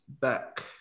back